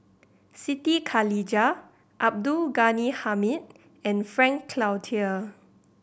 Siti Khalijah Abdul Ghani Hamid and Frank Cloutier